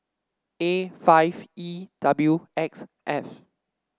A five E W X F